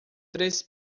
três